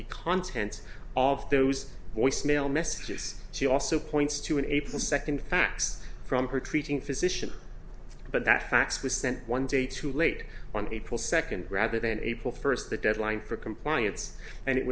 the contents of those voicemail messages she also points to an april second fax from her treating physician but that fax was sent one day too late on april second rather than april first the deadline for compliance and it